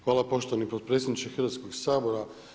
Hvala poštovani potpredsjedniče Hrvatskog sabora.